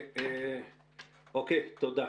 תודה.